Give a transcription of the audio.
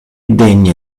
degna